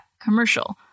commercial